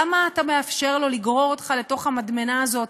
למה אתה מאפשר לו לגרור אותך לתוך המדמנה הזאת,